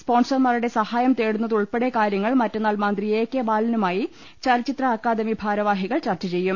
സ്പോൺസർമാരുടെ സഹായം തേടുന്നതുൾപ്പെടെ കാര്യങ്ങൾ മറ്റുന്നാൾ മന്ത്രി എ കെ ബാലനുമായി ചലച്ചിത്ര അക്കാദമി ഭാഹവാഹികൾ ചർച്ച ചെയ്യും